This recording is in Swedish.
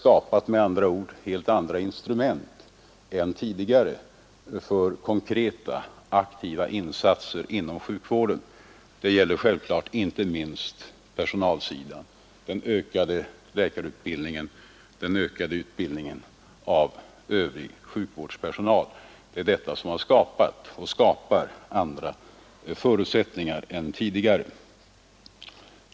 Vi har med andra ord skaffat oss helt andra instrument än tidigare för konkreta aktiva insatser inom sjukvården, Det gäller självklart inte minst personalsidan. Den ökade utbildningen av läkare och övrig sjukhuspersonal har skapat andra förutsättningar än tidigare.